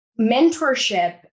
mentorship